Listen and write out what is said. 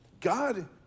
God